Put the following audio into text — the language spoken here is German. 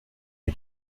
den